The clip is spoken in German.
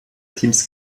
teams